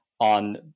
on